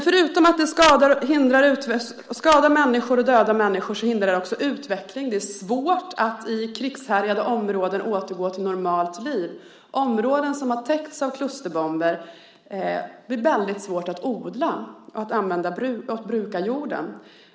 Förutom att de skadar och dödar människor, hindrar de också utveckling. Det svårt att återgå till normalt liv i krigshärjade områden. Områden som har täckts av klusterbomber blir väldigt svåra att odla. Det blir svårt att bruka jorden.